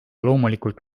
loomulikult